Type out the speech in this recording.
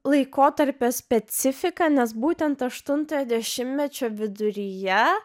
laikotarpio specifiką nes būtent aštuntojo dešimtmečio viduryje